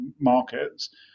markets